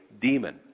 demon